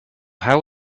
how